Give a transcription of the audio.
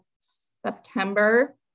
September